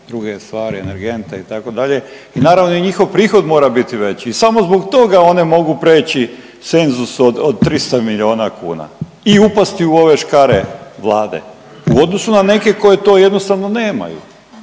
druge stvari, energente itd. i naravno i njihov prihod mora biti veći i samo zbog toga one mogu preći cenzus od, od 300 milijuna kuna i upasti u ove škare Vlade u odnosu na neke koje to jednostavno nemaju,